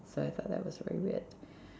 so that was like very weird